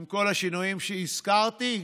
עם כל השינויים שהזכרתי,